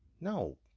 no